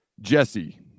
Jesse